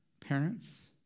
parents